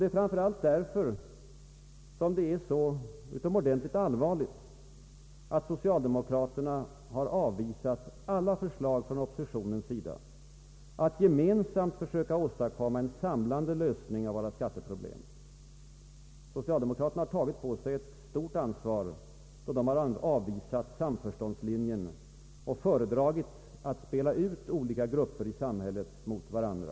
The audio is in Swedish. Det är framför allt därför som det är så utomordentligt allvarligt att socialdemokraterna avvisat alla förslag från oppositionens sida att gemensamt söka åstadkomma en samlande lösning av våra skatteproblem. Socialdemokraterna har tagit på sig ett stort ansvar, då de avvisat samförståndslinjen och föredragit att spela ut olika grupper mot varandra.